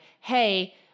Hey